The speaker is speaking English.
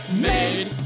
made